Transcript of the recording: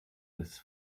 this